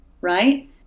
right